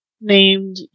named